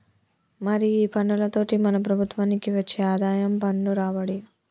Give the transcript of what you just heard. మరి ఈ పన్నులతోటి మన ప్రభుత్వనికి వచ్చే ఆదాయం పన్ను రాబడి